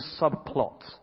subplot